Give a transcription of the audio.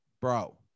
Bro